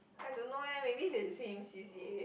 I don't know eh maybe they same C_C_A